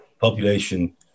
population